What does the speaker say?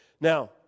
now